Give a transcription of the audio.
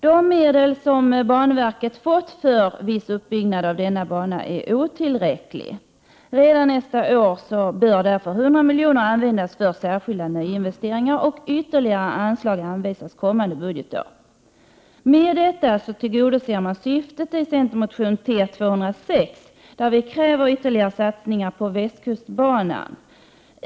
De medel som banverket fått för viss uppbyggnad av denna bana är otillräckliga. Redan nästa år bör därför 100 milj.kr. användas för särskilda nyinvesteringar, och ytterligare anslag bör anvisas kommande budgetår. Därmed tillgodoses syftet i centermotionen T206, där vi kräver ytterligare satsningar på västkustbanan.